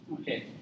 Okay